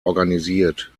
organisiert